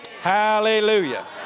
Hallelujah